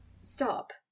stop